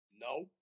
No